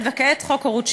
(זכויות הוריות),